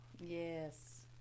Yes